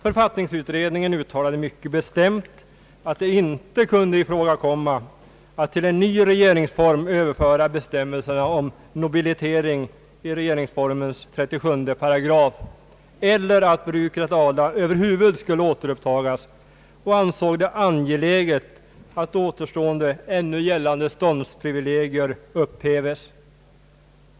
Författningsutredningen uttalade mycket bestämt att det inte kunde ifrågakomma att till en ny regeringsform överföra bestämmelserna om nobilitering i regeringsformens 37 § eller att bruket att adla över huvud skulle återupptagas och ansåg det angeläget att återstående ännu gällande ståndsprivilegier upphäves.